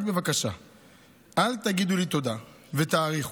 רק בבקשה אל תגידו לי תודה ותעריכו.